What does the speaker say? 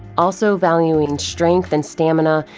also valuing strength and stamina,